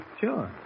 Sure